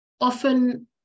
Often